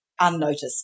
unnoticed